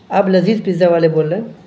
آپ لذیذ پزا والے بول رہے ہیں